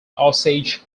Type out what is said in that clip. osage